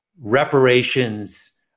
reparations